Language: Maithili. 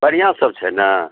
कनियाँ सब छै ने